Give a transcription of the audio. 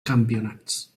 campionats